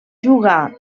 jugà